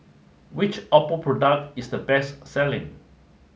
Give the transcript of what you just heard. which Oppo product is the best selling